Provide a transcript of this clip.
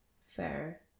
Fair